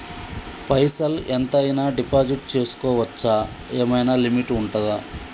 పైసల్ ఎంత అయినా డిపాజిట్ చేస్కోవచ్చా? ఏమైనా లిమిట్ ఉంటదా?